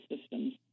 systems